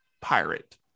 pirate